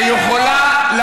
שיכולה,